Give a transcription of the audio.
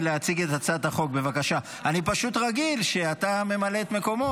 קטי קטרין שטרית ונעמה לזימי